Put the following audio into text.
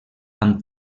amb